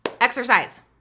exercise